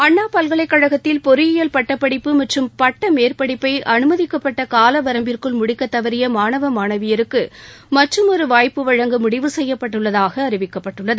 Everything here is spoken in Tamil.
அண்ணா பல்கலைக் கழகத்தில் பொறியியல் பட்டப்படிப்பு மற்றும் பட்ட மேற்படிப்பை அமைதிக்கப்பட்ட கால வரம்புக்கள் முடிக்கத் தவறிய மாணவ மாணவியருக்கு மற்றுமொரு வாய்ப்பு வழங்க முடிவு செய்யப்பட்டுள்ளதாக அறிவிக்கப்பட்டுள்ளது